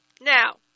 Now